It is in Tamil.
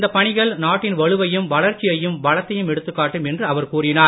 இந்த பணிகள் நாட்டின் வலுவையும் வளர்ச்சியையும் வளத்தையும் எடுத்துக் காட்டும் என்று அவர் கூறினார்